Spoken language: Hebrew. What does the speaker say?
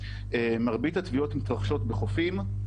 מרבית הטביעות מתרחשות בחופים,